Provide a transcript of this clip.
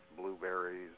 blueberries